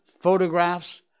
photographs